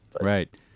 Right